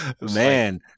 Man